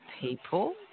people